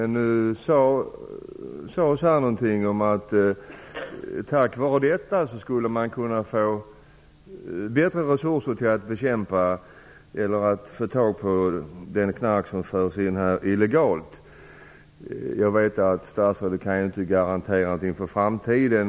Nu sades här någonting att man tack vare detta skulle kunna få bättre resurser för att få tag på det knark som förs in illegalt. Jag vet att statsrådet inte kan garantera någonting för framtiden.